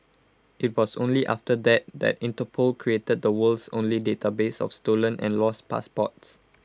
IT was only after that that Interpol created the world's only database of stolen and lost passports